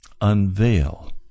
unveil